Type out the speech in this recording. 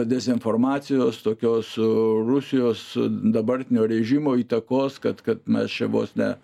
dezinformacijos tokios rusijos dabartinio režimo įtakos kad kad mes čia vos ne